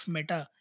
Meta